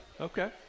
Okay